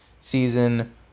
season